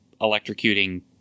electrocuting